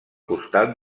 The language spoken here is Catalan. costat